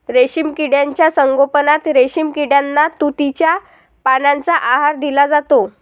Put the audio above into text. रेशीम किड्यांच्या संगोपनात रेशीम किड्यांना तुतीच्या पानांचा आहार दिला जातो